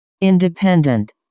Independent